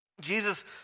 Jesus